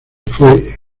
fue